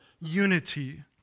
unity